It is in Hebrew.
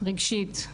רגשית,